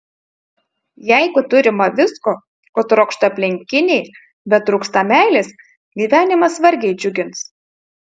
jeigu turima visko ko trokšta aplinkiniai bet trūksta meilės gyvenimas vargiai džiugins